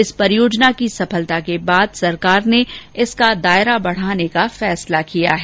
इस परियोजना की सफलता के बाद सरकार ने अब इसका दायरा बढाने का निर्णय लिया है